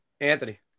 Anthony